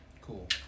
Cool